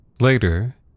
Later